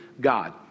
God